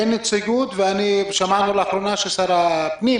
שמענו לאחרונה ששר הפנים